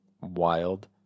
wild